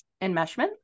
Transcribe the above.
Enmeshment